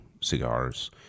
cigars